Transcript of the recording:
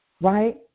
right